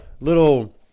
little